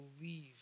leave